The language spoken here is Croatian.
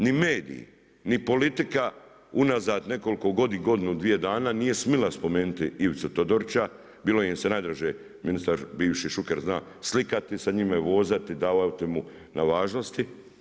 Ni mediji ni politika unazad nekoliko godina, godinu, dvije dana, nije smjela spomenuti Ivicu Todorića, bilo im se najdraže, bivši ministar Šuker zna, slikati sa njima, vozati, davati mu na važnosti.